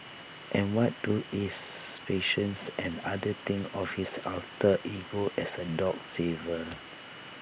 and what do his patients and others think of his alter ego as A dog saver